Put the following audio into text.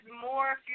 More